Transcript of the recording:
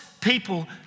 people